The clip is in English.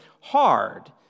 hard